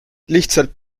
lihtsalt